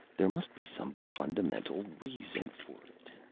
there must be some fundamental reason for it.